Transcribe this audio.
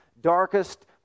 darkest